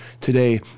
today